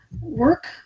work